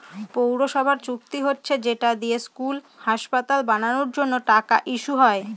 পৌরসভার চুক্তি হচ্ছে যেটা দিয়ে স্কুল, হাসপাতাল বানানোর জন্য টাকা ইস্যু হয়